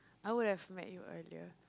I would have met you earlier